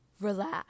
relax